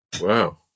Wow